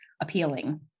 appealing